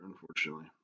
unfortunately